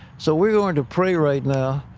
so we're going to pray right now.